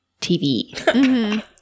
TV